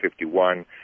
51